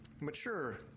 mature